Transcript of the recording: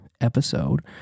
episode